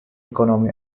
economy